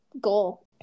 goal